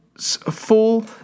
full